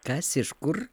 kas iš kur